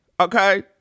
Okay